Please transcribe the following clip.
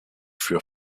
für